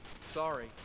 Sorry